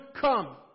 come